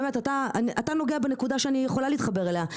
באמת אתה נוגע בנקודה שאני יכולה להתחבר אליה,